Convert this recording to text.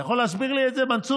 אתה יכול להסביר לי את זה, מנסור?